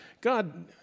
God